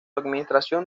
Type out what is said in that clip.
administración